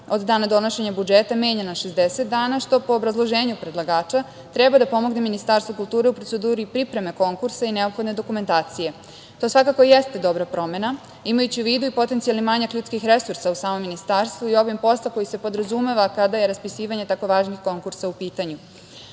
od dana donošenje budžeta, menja na 60 dana, što po obrazloženju predlagača, treba da pomogne Ministarstvo kulture u proceduri pripreme konkursa i neophodne dokumentacije. To svakako jeste dobra promena, imajući u vidu i potencijalni manjak ljudskih resursa u samom Ministarstvu i obim poslom, kojim se podrazumeva kada je raspisivanje tako važnih konkursa u pitanju. Prošle